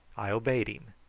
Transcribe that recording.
i obeyed him,